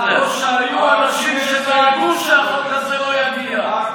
טוב שהיו אנשים שדאגו שהחוק הזה לא יגיע,